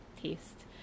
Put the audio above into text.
Taste